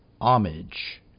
homage